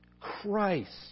Christ